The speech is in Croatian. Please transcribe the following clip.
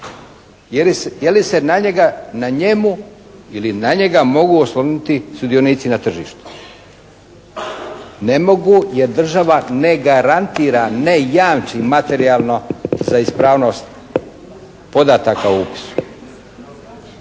Je li se na njega, na njemu ili na njega mogu osloniti sudionici na tržištu? Ne mogu jer država ne garantira, ne jamči materijalno za ispravnost podataka o upisu.